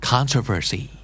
Controversy